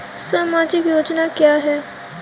सामाजिक योजना क्या है?